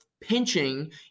pinching